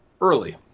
early